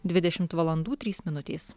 dvidešimt valandų trys minutės